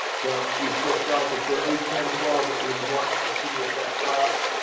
but we still felt that for eight, ten, twelve, that we would want to continue with that class,